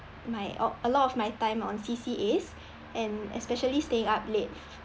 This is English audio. my all a lot of my time on C_C_As and especially staying up late